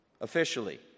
Officially